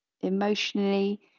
emotionally